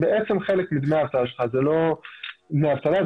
זה לא דמי אבטלה,